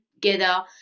together